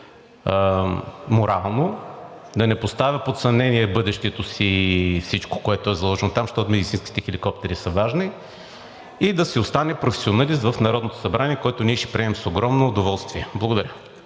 морално. Да не поставя под съмнение бъдещето си и всичко, което е заложено там, защото медицинските хеликоптери са важни, и да си остане професионалист в Народното събрание, което ние ще приемем с огромно удоволствие. Благодаря.